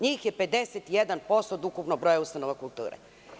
Njih je 51% od ukupnog broja ustanova kulture.